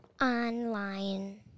online